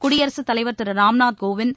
குடியரசுத்தலைவர் திரு ராம்நாத் கோவிந்த்